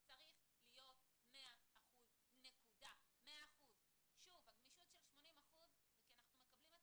הז צריך להיות 100%. הגמישות של 80% היא כי אנחנו מקבלים את